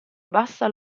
bassa